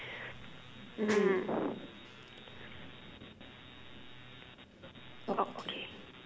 mm oh okay